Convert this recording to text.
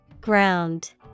Ground